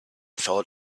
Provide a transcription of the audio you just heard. thought